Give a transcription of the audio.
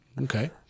Okay